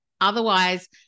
Otherwise